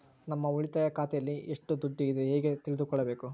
ನಮ್ಮ ಉಳಿತಾಯ ಖಾತೆಯಲ್ಲಿ ಎಷ್ಟು ದುಡ್ಡು ಇದೆ ಹೇಗೆ ತಿಳಿದುಕೊಳ್ಳಬೇಕು?